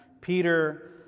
Peter